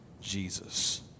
Jesus